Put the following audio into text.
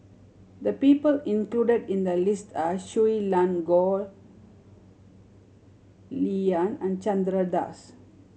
the people included in the list are Shui Lan Goh LihYan and Chandra Das